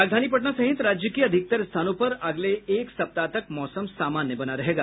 राजधानी पटना सहित राज्य के अधिकतर स्थानों पर अगले एक सप्ताह तक मौसम सामान्य बना रहेगा